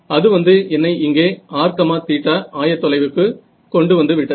அது வந்து என்னை இங்கே r θ ஆய தொலைவுக்கு கொண்டு வந்து விட்டது